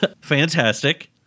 Fantastic